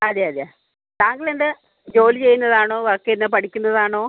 അതെ അതെ താങ്കൾ എന്താണ് ജോലി ചെയ്യുന്നതാണോ വർക്ക് ചെയ്യുന്ന പഠിക്കുന്നതാണോ